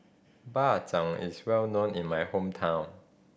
Bak Chang is well known in my hometown